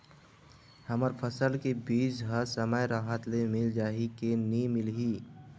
हमर फसल के बीज ह समय राहत ले मिल जाही के नी मिलही?